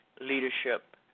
leadership